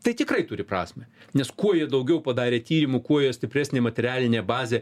tai tikrai turi prasmę nes kuo jie daugiau padarė tyrimų kuo jų stipresnė materialinė bazė